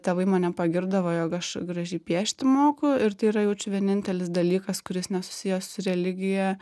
tėvai mane pagirdavo jog aš gražiai piešti moku ir tai yra jaučiu vienintelis dalykas kuris nesusijęs su religija